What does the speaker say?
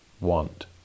want